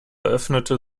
öffnete